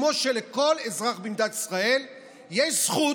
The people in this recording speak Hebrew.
כמו שלכל אזרח במדינת ישראל יש זכות,